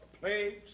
plagues